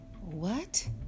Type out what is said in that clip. What